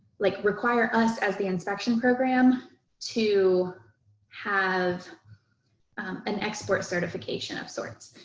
like, require us as the inspection program to have an export certification of sorts.